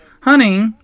honey